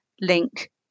link